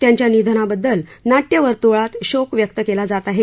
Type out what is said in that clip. त्यांच्या निधनाबाद्दल नाट्यवर्तुळात शोक व्यक्त केला जात आहे